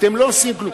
אתם לא עושים כלום.